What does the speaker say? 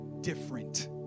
different